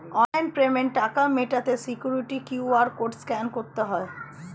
online পেমেন্টে টাকা মেটাতে সিকিউরিটি কিউ.আর কোড স্ক্যান করতে হয়